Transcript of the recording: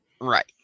right